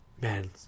man